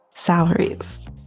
salaries